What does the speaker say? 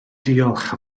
diolch